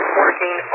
working